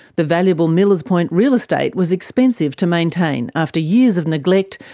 the valuable millers point real estate was expensive to maintain. after years of neglect,